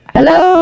Hello